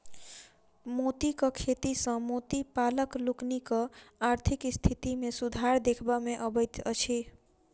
मोतीक खेती सॅ मोती पालक लोकनिक आर्थिक स्थिति मे सुधार देखबा मे अबैत अछि